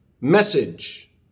message